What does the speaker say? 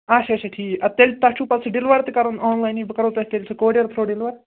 اچھا اچھا ٹھیٖک اَدٕ تیٚلہِ تۄہہِ چھُو پتہٕ سُہ ڈِیلوَر تہِ کَرُن آن لاینٕے بہٕ کَرو تۄہہِ تیٚلہِ سُہ کورِیر تھرٛوٗ ڈِیلوَر